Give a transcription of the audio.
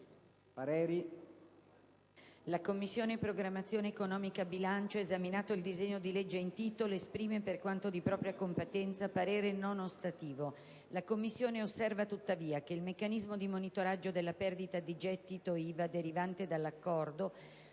«La Commissione programmazione economica, bilancio, esaminato il disegno di legge in titolo, esprime, per quanto di propria competenza, parere non ostativo. La Commissione osserva tuttavia che il meccanismo di monitoraggio della perdita di gettito IVA derivante dall'Accordo,